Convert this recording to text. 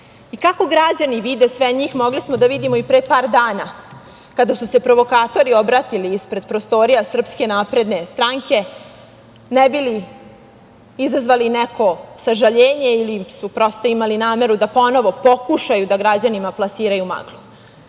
posla. Kako građani vide sve njih mogli smo da vidimo i pre par dana, kada su se provokatori obratili ispred prostorija Srpske napredne stranke, ne bi li izazvali neko sažaljenje ili su prosto imali nameru da ponovo pokušaju da građanima plasiraju maglu.